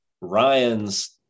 Ryan's